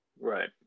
Right